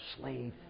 slave